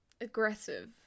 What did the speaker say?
aggressive